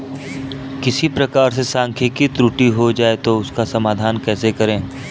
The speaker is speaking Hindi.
किसी प्रकार से सांख्यिकी त्रुटि हो जाए तो उसका समाधान कैसे करें?